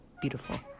beautiful